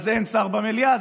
ואין שר במליאה,